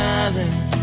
island